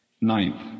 Ninth